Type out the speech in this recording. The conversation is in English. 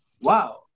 wow